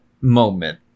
moment